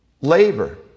labor